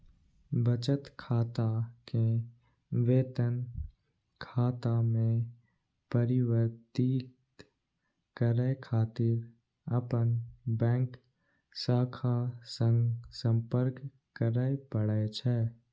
बचत खाता कें वेतन खाता मे परिवर्तित करै खातिर अपन बैंक शाखा सं संपर्क करय पड़ै छै